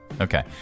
Okay